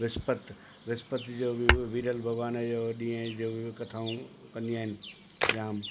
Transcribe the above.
विस्पत विस्पत जो बि वीरल भॻिवान जो ॾींहं जो बि कथाऊं कंदियूं आहिनि या